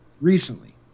recently